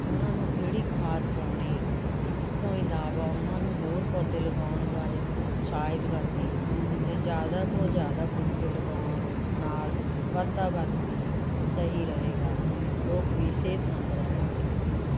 ਉਹਨਾਂ ਨੂੰ ਕਿਹੜੀ ਖਾਦ ਪਾਉਣੀ ਇ ਇਸ ਤੋਂ ਇਲਾਵਾ ਉਹਨਾਂ ਨੂੰ ਹੋਰ ਪੌਦੇ ਲਗਾਉਣ ਬਾਰੇ ਉਤਸ਼ਾਹਿਤ ਕਰਦੀ ਹਾਂ ਅਤੇ ਜ਼ਿਆਦਾ ਤੋਂ ਜ਼ਿਆਦਾ ਬੂਟੇ ਲਗਾਉਣ ਨਾਲ ਵਾਤਾਵਰਣ ਵੀ ਸਹੀ ਰਹੇਗਾ ਲੋਕ ਵੀ ਸਿਹਤਮੰਦ ਰਹਿਣਗੇ